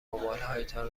موبایلهایتان